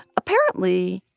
apparently,